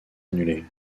annulée